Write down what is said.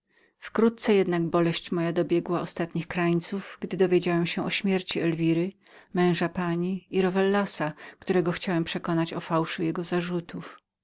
wkrótce jednak boleść moja dobiegła ostatnich krańców gdy dowiedziałem się o śmierci elwiry męża pani i rowellasa którego chciałem przekonać o fałszu jego zarzutów